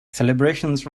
celebrations